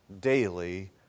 daily